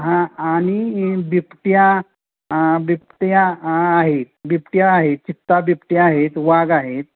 हा आणि बिबट्या बिबट्या आहेत बिबट्या आहेत चित्ता बिबट्या आहेत वाघ आहेत